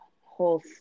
whole